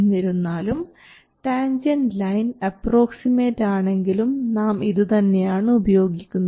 എന്നിരുന്നാലും tangent line approximate ആണെങ്കിലും നാം ഇതുതന്നെയാണ് ഉപയോഗിക്കുന്നത്